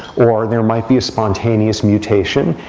or there might be a spontaneous mutation.